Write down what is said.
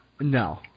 No